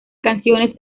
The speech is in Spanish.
canciones